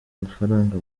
amafaranga